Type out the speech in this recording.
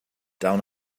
down